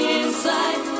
inside